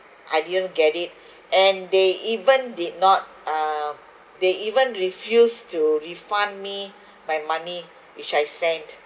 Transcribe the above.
I didn't get it and they even did not uh they even refused to refund me my money which I sent